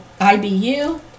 IBU